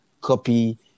Copy